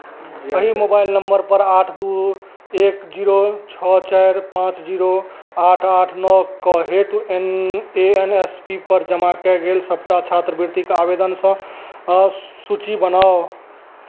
एहि मोबाइल नम्बरपर आठ दुइ एक जीरो छओ चारि पाँच जीरो आठ आठ नओके हेतु एन एन एस पी पर जमा कएल गेल सबटा छात्रवृतिक आवेदनसँ सूची बनाउ